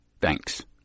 Thanks